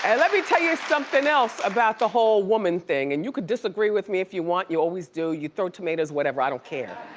and let me tell you somethin' else about the whole woman thing, and you could disagree with me if you want, you always do, you throw tomatoes, whatever, i don't care.